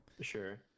Sure